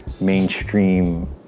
mainstream